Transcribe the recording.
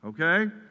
Okay